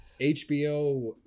hbo